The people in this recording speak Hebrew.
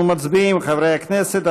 אנחנו מצביעים, חברי הכנסת.